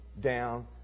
down